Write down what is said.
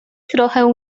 trochę